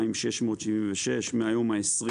2,676, מהיום ה-20